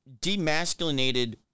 demasculinated